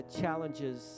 challenges